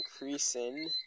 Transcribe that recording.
increasing